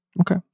Okay